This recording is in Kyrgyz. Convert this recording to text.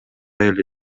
эле